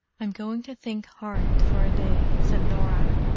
i'm going to think hard for a day, said norah.